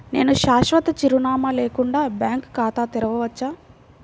నేను శాశ్వత చిరునామా లేకుండా బ్యాంక్ ఖాతా తెరవచ్చా?